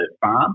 farm